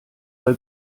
bei